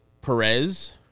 Perez